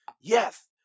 Yes